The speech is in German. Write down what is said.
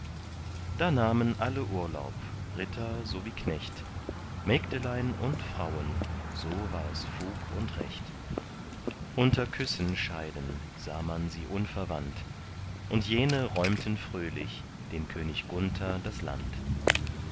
da nahmen alle urlaub ritter so wie knecht mägdelein und frauen so war es fug und recht unter küssen scheiden sah man sie unverwandt und jene räumten fröhlich dem könig gunther das land